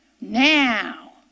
Now